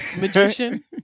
magician